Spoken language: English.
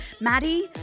Maddie